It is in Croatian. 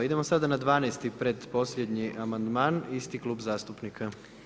Idemo sada na 12.-ti pretposljednji amandman, isti klub zastupnika.